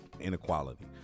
inequality